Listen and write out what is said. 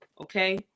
Okay